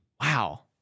Wow